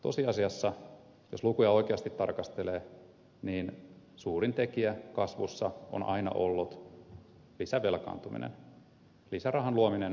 tosiasiassa jos lukuja oikeasti tarkastelee niin suurin tekijä kasvussa on aina ollut lisävelkaantuminen lisärahan luominen velan kautta